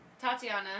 Tatiana